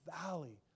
valley